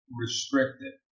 restricted